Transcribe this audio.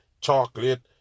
chocolate